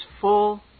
full